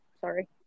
sorry